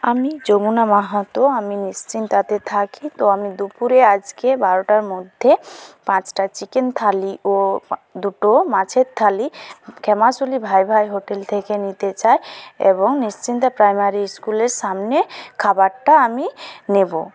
আমি যমুনা মাহাতো আমি নিশ্চিন্দাতে থাকি তো আমি দুপুরে আজকে বারোটার মধ্যে পাঁচটা চিকেন থালি ও দুটো মাছের থালি খেমাশুলি ভাই ভাই হোটেল থেকে নিতে চাই এবং নিশ্চিন্দা প্রাইমারি স্কুলের সামনে খাবারটা আমি নেব